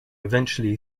eventually